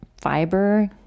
fiber